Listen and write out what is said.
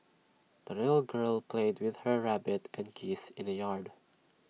the little girl played with her rabbit and geese in the yard